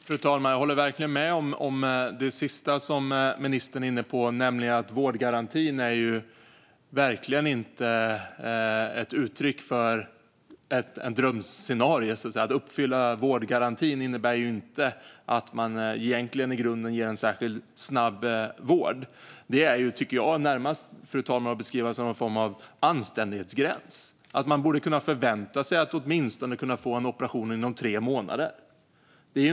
Fru talman! Jag håller verkligen med om det sista som ministern var inne på: Vårdgarantin är inte ett uttryck för ett drömscenario. Att uppfylla vårdgarantin innebär inte att man egentligen ger särskilt snabb vård. Den kan närmast beskrivas som en form av anständighetgräns, fru talman. Man borde kunna förvänta sig att åtminstone få en operation inom tre månader.